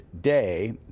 day